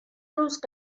روز